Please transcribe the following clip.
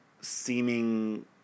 seeming